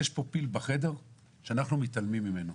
יש פה פיל בחדר שאנחנו מתעלמים ממנו.